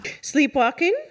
Sleepwalking